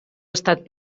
estat